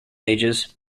ages